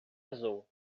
azul